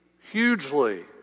hugely